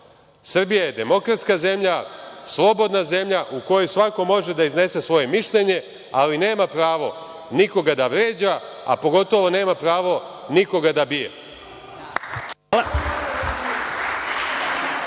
Srbija je demokratska zemlja, slobodna zemlja, u kojoj svako može da iznese svoje mišljenje, ali nema pravo nikoga da vređa, a pogotovo nema pravo nikoga da bije.